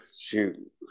shoot